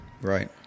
Right